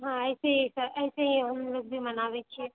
हँ ऐसे ही ऐसे ही हम लोग भी मनाबए छिऐ